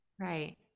right